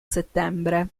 settembre